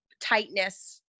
tightness